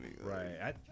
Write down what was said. right